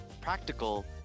practical